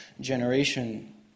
generation